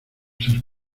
ser